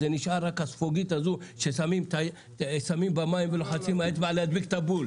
זה נשאר רק הספוגית ששמים בה מים ולוחצים עם האצבע כדי להדביק בול,